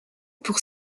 pour